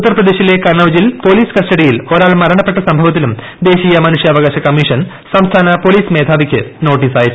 ഉത്തർപ്രദേശിലെ കന്നൌജിൽ പൊലീസ് കസ്റ്റഡിയിൽ ഒരാൾ മരണപ്പെട്ട സംഭവത്തിലും ദേശീയ മനുഷ്യാവകാശ കമ്മീഷൻ സംസ്ഥാന പൊലീസ് മേധാവിക്ക് നോട്ടീസ് അയച്ചു